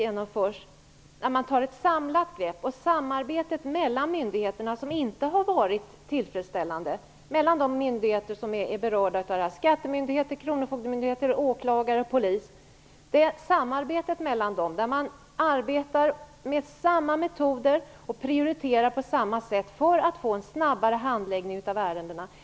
Det handlar om att man skall ta ett samlat grepp. Samarbetet mellan de berörda myndigheterna har inte varit tillfredsställande. Det handlar om samarbete mellan skattemyndigheter, kronofogdemyndigheter, åklagare och polis. Man skall arbeta med samma metoder och prioritera på samma sätt så att det blir en snabbare handläggning av ärendena.